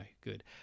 Good